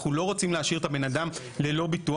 אנחנו לא רוצים להשאיר את הבן אדם ללא ביטוח.